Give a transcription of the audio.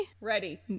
Ready